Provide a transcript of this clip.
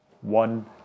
one